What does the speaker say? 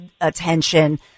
attention